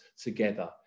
together